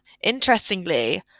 Interestingly